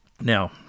Now